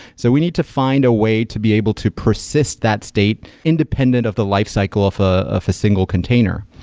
so we need to find a way to be able to persist that state independent of the lifecycle of a single container.